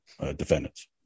defendants